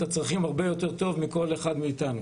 הצרכים הרבה יותר טוב מכל אחד מאתנו.